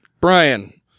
Brian